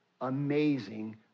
amazing